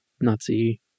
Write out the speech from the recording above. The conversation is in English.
Nazi